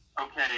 okay